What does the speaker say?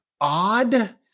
odd